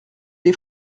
des